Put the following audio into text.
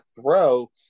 throw